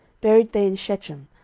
buried they in shechem,